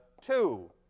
two